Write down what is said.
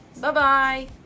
Bye-bye